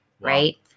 right